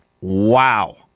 Wow